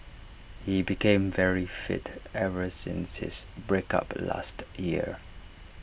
he became very fit ever since his break up last year